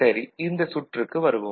சரி இந்தச் சுற்றுக்கு வருவோம்